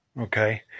okay